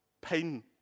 pain